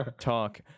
talk